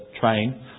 train